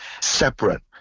separate